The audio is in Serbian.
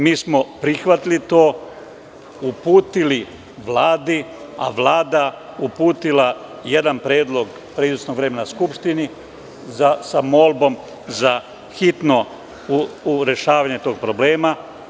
Mi smo prihvatili to, uputili Vladi, a Vlada uputila jedan predlog pre izvesnog vremena Skupštini, sa molbom za hitno rešavanje tog problema.